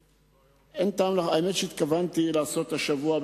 האמת היא שהתכוונתי לעשות השבוע,